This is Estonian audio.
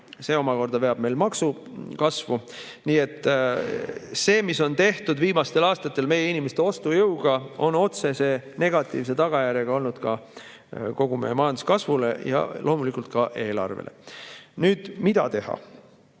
see omakorda veab maksukasvu. Nii et see, mis on tehtud viimastel aastatel meie inimeste ostujõuga, on olnud otsese negatiivse tagajärjega kogu meie majanduskasvule ja loomulikult ka eelarvele. Mida teha?